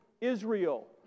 Israel